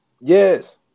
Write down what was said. Yes